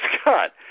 Scott